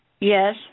Yes